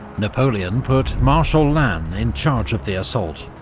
napoleon put marshal lannes in charge of the assault.